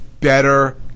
better